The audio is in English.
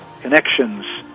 connections